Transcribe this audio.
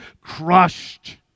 crushed